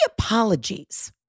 apologies